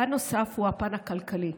פן נוסף הוא הפן הכלכלי.